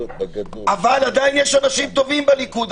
אבל עדיין יש אנשים טובים בליכוד.